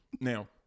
Now